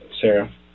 Sarah